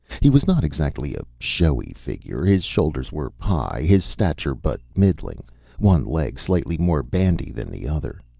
he was not exactly a showy figure his shoulders were high, his stature but middling one leg slightly more bandy than the other.